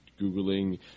Googling